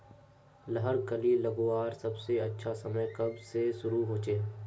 लहर कली लगवार सबसे अच्छा समय कब से शुरू होचए?